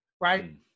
right